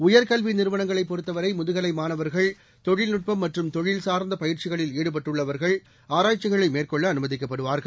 உயர்கல்வி நிறுவனங்களைப் பொறுத்தவரை முதுகலை மாணவர்கள் தொழில்நுட்பம் மற்றும் தொழில்சார்ந்த பயிற்சிகளில் ஈடுபட்டுள்ளவர்கள் ஆராய்ச்சிகளை மேற்கொள்ள அனுமதிக்கப்படுவார்கள்